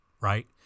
right